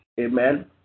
Amen